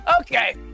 Okay